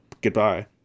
goodbye